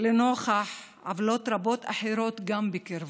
לנוכח עוולות רבות אחרות גם בקרבו.